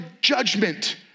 judgment